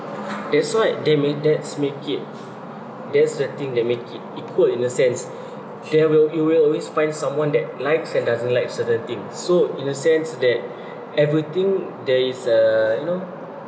that's why that may that’s make it that's the thing that make it equal in a sense there will you will always find someone that likes and doesn't like certain things so in a sense that everything there is uh you know